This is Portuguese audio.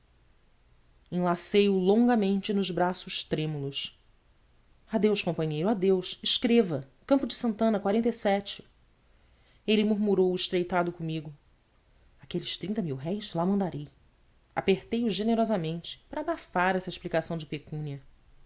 enlacei o longamente nos braços trêmulos adeus companheiro adeus escreva campo de antana e le murmurou estreitado comigo aqueles trinta mil-réis lá mandarei apertei o generosamente para abafar essa explicação de pecúnia